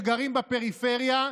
שגרים בפריפריה,